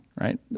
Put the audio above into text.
right